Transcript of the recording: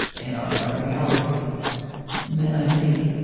in our part of the galaxy then, i think,